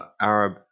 Arab